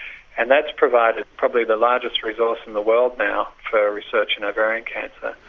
and that's provided probably the largest resource in the world now for research into ovarian cancer.